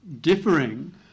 differing